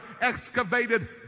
excavated